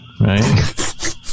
right